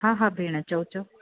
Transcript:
हा हा भेण चओ चओ